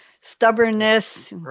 stubbornness